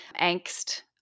angst